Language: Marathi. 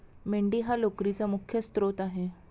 मेंढी हा लोकरीचा मुख्य स्त्रोत आहे